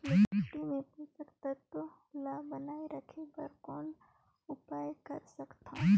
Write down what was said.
माटी मे पोषक तत्व ल बनाय राखे बर कौन उपाय कर सकथव?